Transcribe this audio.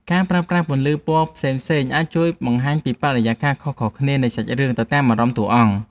ការប្រើប្រាស់ពន្លឺពណ៌ផ្សេងៗអាចជួយបង្ហាញពីបរិយាកាសខុសៗគ្នានៃសាច់រឿងទៅតាមអារម្មណ៍តួអង្គ។